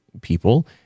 people